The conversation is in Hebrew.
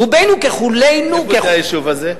"רובנו ככולנו, איפה היישוב הזה?